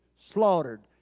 slaughtered